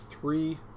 three